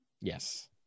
Yes